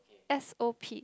s_o_p